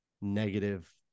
negative